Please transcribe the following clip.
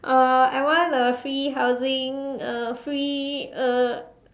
uh I want a free housing uh free uh